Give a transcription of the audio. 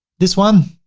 this one,